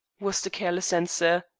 was the careless answer.